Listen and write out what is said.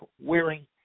wearing